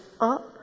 up